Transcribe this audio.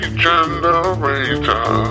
generator